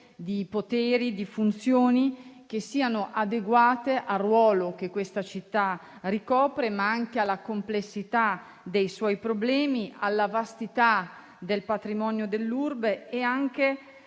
poteri e funzioni adeguati al ruolo che questa città ricopre, ma anche alla complessità dei problemi e alla vastità del patrimonio dell'Urbe,